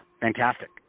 fantastic